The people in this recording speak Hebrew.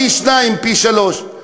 ופי-שניים ופי-שלושה.